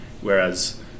whereas